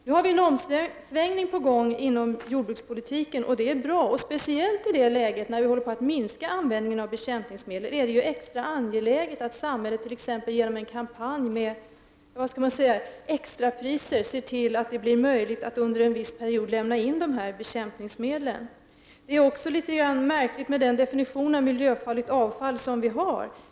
Det är nu en omsvängning på gång inom jordbrukspolitiken, och det är bra. I det läge då vi håller på att minska användningen av bekämpningsmedel är det extra angeläget att samhället, t.ex. genom en kampanj med ”extrapriser”, ser till att det blir möjligt att under en viss period lämna in dessa bekämpningsmedel. Det är också litet märkligt med den definition av miljöfarligt avfall som vi har.